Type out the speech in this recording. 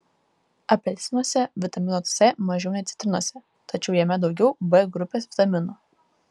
apelsinuose vitamino c mažiau nei citrinose tačiau jame daugiau b grupės vitaminų